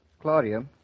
Claudia